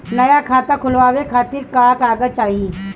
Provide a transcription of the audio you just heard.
नया खाता खुलवाए खातिर का का कागज चाहीं?